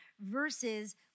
versus